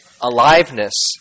aliveness